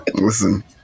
Listen